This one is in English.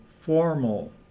formal